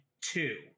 two